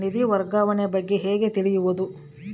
ನಿಧಿ ವರ್ಗಾವಣೆ ಬಗ್ಗೆ ಹೇಗೆ ತಿಳಿಯುವುದು?